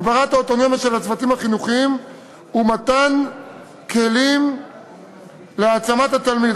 הגברת האוטונומיה של הצוותים החינוכיים ומתן כלים להעצמת התלמיד,